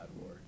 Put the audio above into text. war